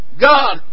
God